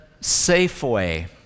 Safeway